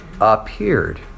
appeared